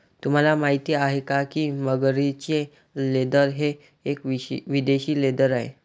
तुम्हाला माहिती आहे का की मगरीचे लेदर हे एक विदेशी लेदर आहे